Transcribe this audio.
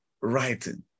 writing